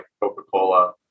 Coca-Cola